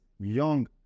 young